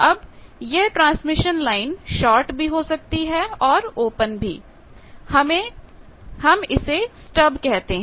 अब यह transmission line short भी हो सकती है और ओपन भी इसे हम स्टब कहते हैं